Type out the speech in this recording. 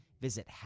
Visit